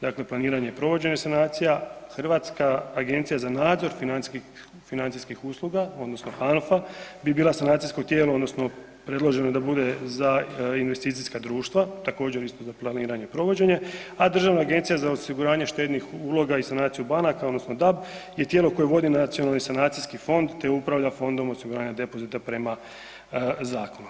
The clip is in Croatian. Dakle planiranje i provođenje sanacija Hrvatska agencija za nadzor financijskih usluga odnosno HANFA bi bila sanacijsko tijelo odnosno predloženo da bude za investicijska društva, također isto za planiranje i provođenje, a Državna agencija za osiguranje štednih uloga i sanaciju banaka odnosno DAB je tijelo koje vodi Nacionalni sanacijski fond te upravlja Fondom osiguranja depozita prema zakonu.